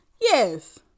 Yes